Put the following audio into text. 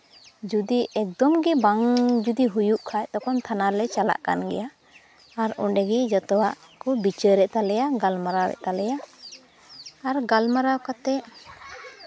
ᱡᱩᱫᱤ ᱮᱠᱫᱚᱢ ᱜᱮ ᱵᱟᱝ ᱡᱩᱫᱤ ᱦᱩᱭᱩᱜ ᱠᱷᱟᱡ ᱛᱚᱠᱷᱚᱡ ᱛᱷᱟᱱᱟ ᱞᱮ ᱪᱟᱞᱟᱜ ᱠᱟᱱ ᱜᱮᱭᱟ ᱟᱨ ᱚᱸᱰᱮᱜᱮ ᱡᱚᱛᱚᱣᱟᱜ ᱠᱚ ᱵᱤᱪᱟᱹᱨᱮᱜ ᱛᱟᱞᱮᱭᱟ ᱜᱟᱞᱢᱟᱨᱟᱣᱮᱜ ᱛᱟᱞᱮᱭᱟ ᱟᱨ ᱜᱟᱞᱢᱟᱨᱟᱣ ᱠᱟᱛᱮᱜ